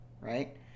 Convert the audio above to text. Right